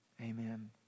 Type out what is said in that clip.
Amen